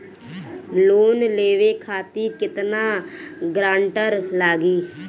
Loan लेवे खातिर केतना ग्रानटर लागी?